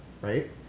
Right